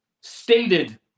stated